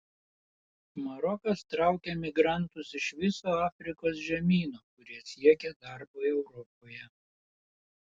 marokas traukia migrantus iš viso afrikos žemyno kurie siekia darbo europoje